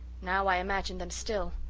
now i imagine them still.